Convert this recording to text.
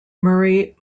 murray